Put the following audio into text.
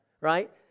Right